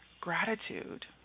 gratitude